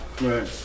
Right